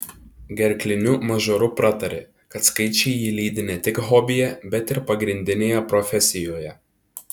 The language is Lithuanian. gerkliniu mažoru pratarė kad skaičiai jį lydi ne tik hobyje bet ir pagrindinėje profesijoje